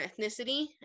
ethnicity